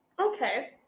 Okay